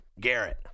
Garrett